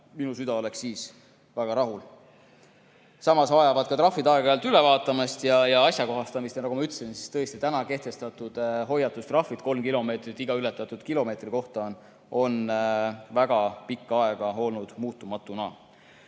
Minu süda oleks siis väga rahul. Samas vajavad ka trahvid aeg-ajalt ülevaatamist ja ajakohastamist ning nagu ma ütlesin, on tõesti praegu kehtivad hoiatustrahvid, kolm [eurot] iga ületatud kilomeetri kohta, väga pikka aega olnud muutmata.